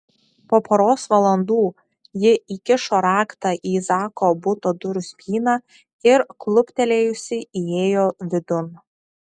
po poros valandų ji įkišo raktą į zako buto durų spyną ir kluptelėjusi įėjo vidun